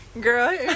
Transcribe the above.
Girl